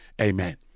Amen